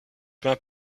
peint